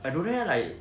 I don't know leh like